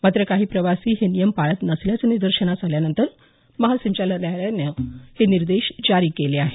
मात्र काही प्रवासी हे नियम पाळत नसल्याचं निदर्शनास आल्यानंतर महासंचालनालयाने हे निर्देश जारी केले आहेत